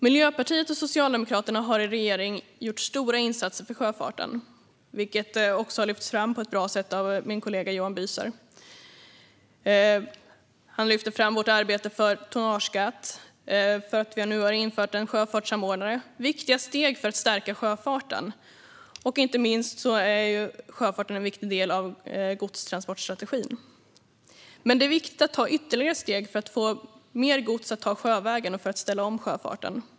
Miljöpartiet och Socialdemokraterna har i regering gjort stora insatser för sjöfarten, vilket också har lyfts fram på ett bra sätt av min kollega Johan Büser. Han lyfte fram vårt arbete för tonnageskatt och för en sjöfartssamordnare, som vi nu har infört. Det är viktiga steg för att stärka sjöfarten. Inte minst är sjöfarten en viktig del av godstransportstrategin. Men det är viktigt att ta ytterligare steg för att få mer gods att ta sjövägen och för att ställa om sjöfarten.